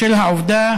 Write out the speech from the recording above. בשל העובדה